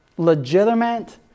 legitimate